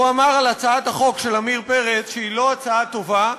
הוא אמר על הצעת החוק של עמיר פרץ שהיא לא הצעה טובה,